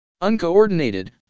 Uncoordinated